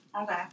Okay